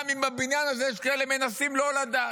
גם אם בבניין הזה יש כאלה שמנסים לא לדעת.